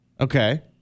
Okay